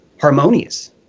harmonious